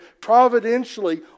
providentially